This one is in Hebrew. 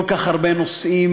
כל כך הרבה נושאים,